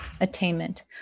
attainment